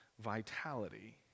vitality